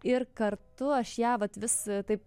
ir kartu aš ją vat vis taip